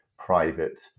private